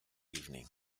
evening